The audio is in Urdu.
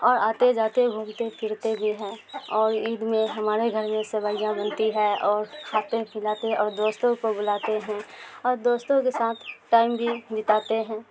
اور آتے جاتے گھومتے پھرتے بھی ہیں اور عید میں ہمارے گھر میں سویاں بنتی ہے اور کھاتے ہیں پلاتے ہیں اور دوستوں کو بلاتے ہیں اور دوستوں کے ساتھ ٹائم بھی بتاتے ہیں